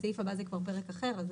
הסעיף הבא הוא כבר פרק אחר.